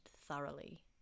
thoroughly